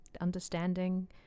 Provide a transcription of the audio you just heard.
understanding